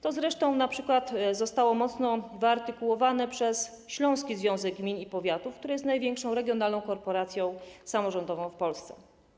To zresztą np. zostało mocno wyartykułowane przez Śląski Związek Gmin i Powiatów, który jest największą regionalną korporacją samorządową w Polsce.